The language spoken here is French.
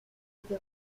été